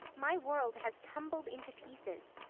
my world has tumbled into pieces.